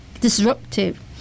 Disruptive